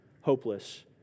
hopeless